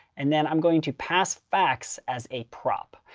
and then i'm going to pass facts as a prop,